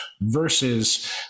versus